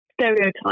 stereotype